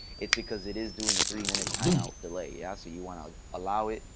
it's because it is doing that three minute timeout delay. yeah so you want to allow it,